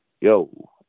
Yo